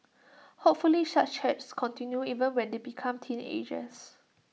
hopefully such chats continue even when they become teenagers